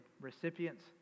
recipients